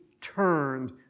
turned